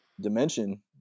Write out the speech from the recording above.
dimension